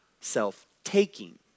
self-taking